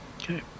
Okay